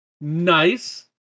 nice